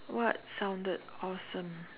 what sounded awesome